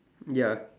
ya